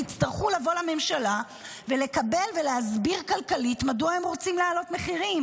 יצטרכו לבוא לממשלה ולקבל ולהסביר כלכלית מדוע הם רוצים להעלות מחירים.